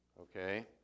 okay